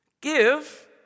Give